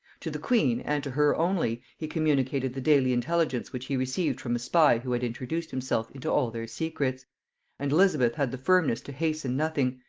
to the queen, and to her only, he communicated the daily intelligence which he received from a spy who had introduced himself into all their secrets and elizabeth had the firmness to hasten nothing,